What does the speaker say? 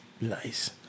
Nice